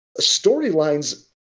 storylines